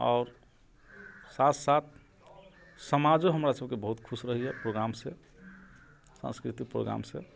आओर साथ साथ समाजो हमरासबके बहुत खुश रहैए प्रोग्रामसँ साँस्कृतिक प्रोग्रामसँ